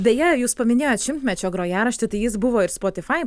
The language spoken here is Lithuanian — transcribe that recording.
beje jūs paminėjot šimtmečio grojaraštį tai jis buvo ir spotify